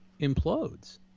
implodes